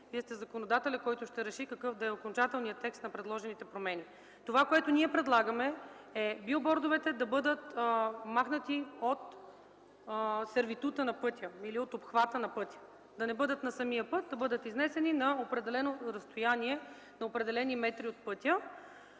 вие сте законодателят, който ще реши какъв да е окончателния текст на предложените промени. Ние предлагаме билбордовете да бъдат махнати от сервитута или от обхвата на пътя – да не бъдат на самия път, да бъдат изнесени на определено разстояние, на определени метри от пътя,